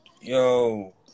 Yo